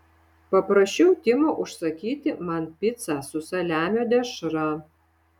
paprašiau timo užsakyti man picą su saliamio dešra